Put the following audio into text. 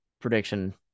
prediction